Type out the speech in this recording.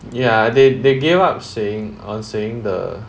ya they they gave up saying on saying the